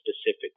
specific